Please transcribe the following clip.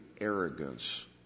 arrogance